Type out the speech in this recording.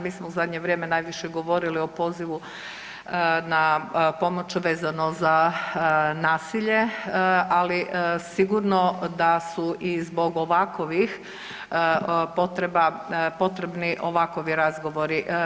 Mi smo u zadnje vrijeme najviše govorili o pozivu na pomoć vezano za nasilje, ali sigurno da su i zbog ovakovih potreba potrebni ovakovi razgovori.